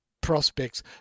prospects